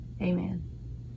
Amen